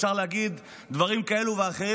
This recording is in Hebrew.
אפשר להגיד דברים כאלה ואחרים,